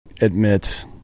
admit